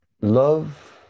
love